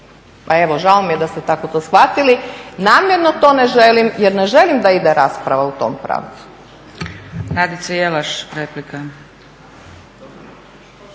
pa evo žao mi je da ste tako to shvatili. Namjerno to ne želim, jer ne želim da ide rasprava u tom pravcu.